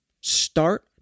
Start